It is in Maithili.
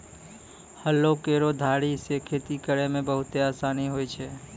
हलो केरो धारी सें खेती करै म बहुते आसानी होय छै?